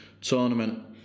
tournament